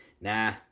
Nah